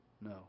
No